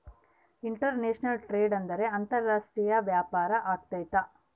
international trade ಅಂದ್ರೆ ಅಂತಾರಾಷ್ಟ್ರೀಯ ವ್ಯಾಪಾರ ಆಗೈತೆ